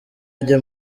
ajye